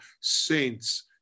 saints